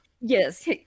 yes